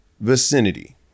vicinity